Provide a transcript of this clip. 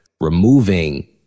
removing